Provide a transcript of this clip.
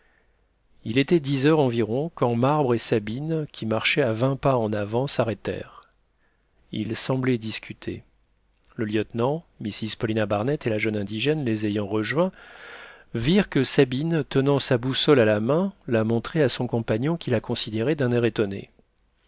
il était dix heures environ quand marbre et sabine qui marchaient à vingt pas en avant s'arrêtèrent ils semblaient discuter le lieutenant mrs paulina barnett et la jeune indigène les ayant rejoints virent que sabine tenant sa boussole à la main la montrait à son compagnon qui la considérait d'un air étonné